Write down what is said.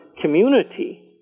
community